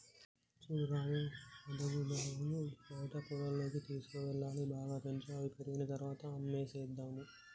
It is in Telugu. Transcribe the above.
చూడు రాజు ఆడదూడలను బయట పొలాల్లోకి తీసుకువెళ్లాలి బాగా పెంచు అవి పెరిగిన తర్వాత అమ్మేసేద్దాము